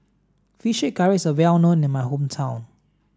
Fish Curry is well known in my hometown